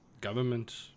government